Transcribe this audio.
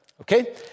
Okay